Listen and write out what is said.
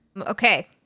Okay